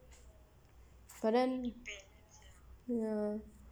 but then ya